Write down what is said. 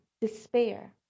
despair